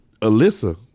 Alyssa